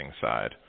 side